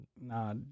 nah